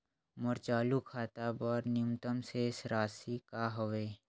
मोर चालू खाता बर न्यूनतम शेष राशि का हवे?